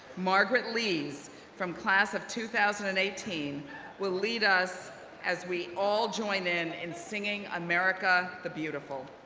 margaret lees from class of two thousand and eighteen will lead us as we all join in in singing america the beautiful.